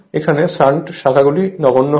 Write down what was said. এখানে শান্ট শাখাগুলি নগণ্য হয়